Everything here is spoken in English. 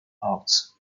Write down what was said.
parks